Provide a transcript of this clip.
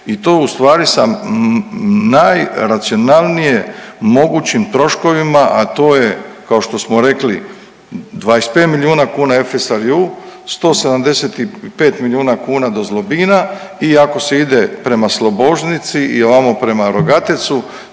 i to ustvari sa najracionalnije mogućim troškovima a to je kao što smo 25 miliona kuna …/Govornik se ne razumije./… 175 milijuna kuna do Zlobina i ako se ide prema Slobožnici i ovamo prema Rogatecu